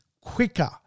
quicker